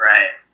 Right